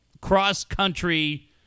cross-country